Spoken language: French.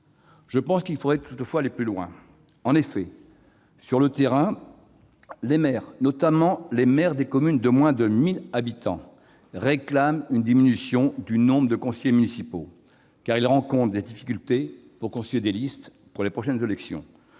toutefois qu'il faudrait aller plus loin. En effet, sur le terrain, les maires, notamment ceux des communes de moins de 1 000 habitants, réclament une diminution du nombre de conseillers municipaux, car ils rencontrent des difficultés à constituer des listes en vue des prochaines élections.